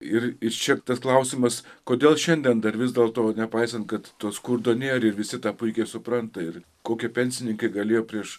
ir ir šiaip tas klausimas kodėl šiandien dar vis dėlto nepaisant kad to skurdo nėr ir visi tą puikiai supranta ir kokį pensininkai galėjo prieš